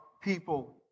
people